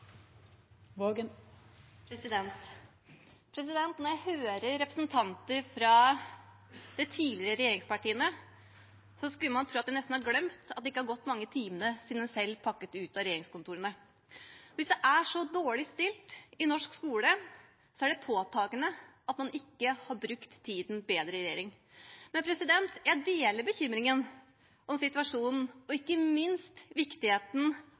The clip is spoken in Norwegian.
Når jeg hører representanter fra de tidligere regjeringspartiene, skulle man nesten tro at de har glemt at det ikke har gått mange timene siden de selv pakket ut av regjeringskontorene. Hvis det er så dårlig stilt i norsk skole, er det påtagelig at man ikke har brukt tiden bedre i regjering. Men jeg deler bekymringen for situasjonen og ikke minst synet på viktigheten